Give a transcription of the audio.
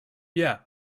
yeah